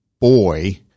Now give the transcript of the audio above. boy